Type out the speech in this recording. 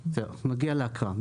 נגיע להקראה.